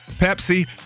Pepsi